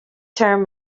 term